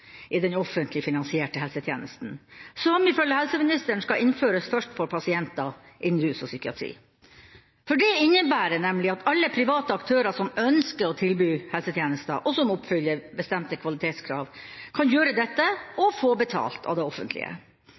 i den offentlig finansierte helsetjenesten, som ifølge helseministeren skal innføres først for pasienter innen rus og psykiatri. Det innebærer nemlig at alle private aktører som ønsker å tilby helsetjenester, og som oppfyller bestemte kvalitetskrav, kan gjøre dette og få betalt av det offentlige.